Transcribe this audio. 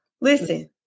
Listen